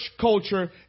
culture